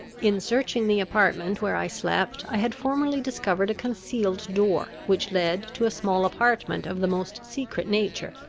in searching the apartment where i slept, i had formerly discovered a concealed door, which led to a small apartment of the most secret nature,